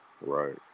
Right